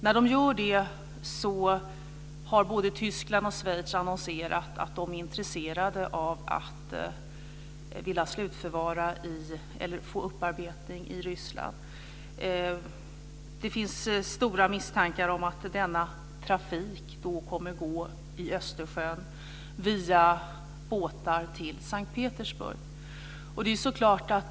När Ryssland gör det har både Tyskland och Schweiz annonserat att de är intresserade av att få upparbetning i Ryssland. Det finns starka misstankar om att denna trafik då kommer att gå i Östersjön på båtar till S:t Petersburg.